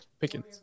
Pickens